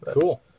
Cool